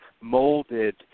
molded